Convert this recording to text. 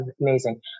amazing